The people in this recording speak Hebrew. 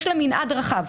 יש לה מנעד רחב.